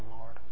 Lord